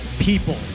people